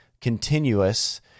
continuous